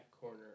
corner